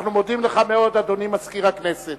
אנחנו מודים לך מאוד, אדוני מזכיר הכנסת.